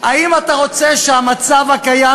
האם אתה רוצה שהמצב הקיים,